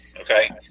Okay